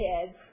kids